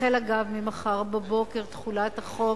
החל, אגב, ממחר בבוקר, תחולת החוק,